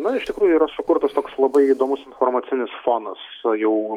na iš tikrųjų yra sukurtas toks labai įdomus informacinis fonas jau